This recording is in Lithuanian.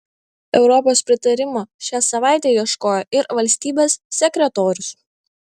europos pritarimo šią savaitę ieškojo ir valstybės sekretorius